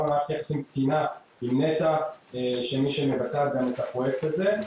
על מערכת יחסים תקינה עם נת"ע שמבצעת את הפרויקט הזה,